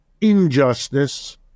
injustice